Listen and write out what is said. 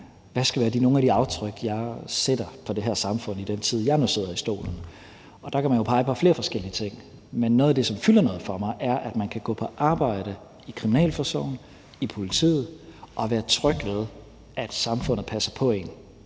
hvad skal være nogle af de aftryk, jeg sætter på det her samfund i den tid, jeg nu sidder i stolen? Der kan man jo pege på flere forskellige ting, men noget af det, som fylder noget for mig, er, at man kan gå på arbejde i kriminalforsorgen og i politiet og være tryg ved, at samfundet passer på en.